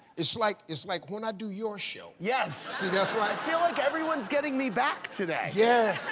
it's like it's like when i do your show. yes. see? that's right feel like everyone's getting me back today. yeah